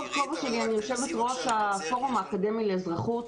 עירית, תנסי בבקשה לקצר כי יש לנו עוד דוברים.